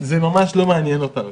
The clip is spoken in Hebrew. זה ממש לא מעניין אותנו,